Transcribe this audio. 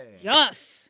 Yes